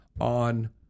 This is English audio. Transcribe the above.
on